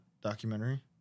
documentary